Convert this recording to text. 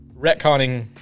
retconning